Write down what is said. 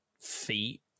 feet